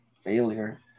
failure –